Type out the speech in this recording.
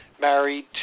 married